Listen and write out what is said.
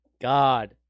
God